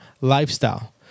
Lifestyle